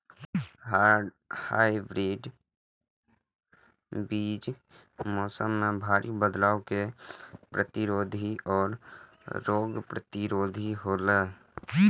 hybrid बीज मौसम में भारी बदलाव के लेल प्रतिरोधी और रोग प्रतिरोधी हौला